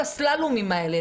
הסלאלומים האלה?